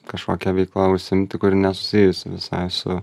kažkokia veikla užsiimti kuri nesusijusi visai su